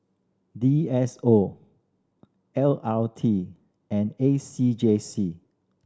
D S O L R T and A C J C